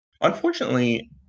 Unfortunately